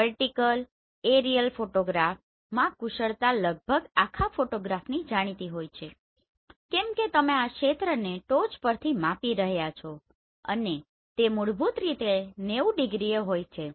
vertical aerial ફોટોગ્રાફમાં કુશળતા લગભગ આખા ફોટોગ્રાફની જાણીતી હોય છે કે કેમ કે તમે આ ક્ષેત્રને ટોચ પરથી માપી રહ્યા છો અને તે મૂળભૂત રીતે 90 ડિગ્રીએ હોય છે